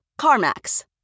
CarMax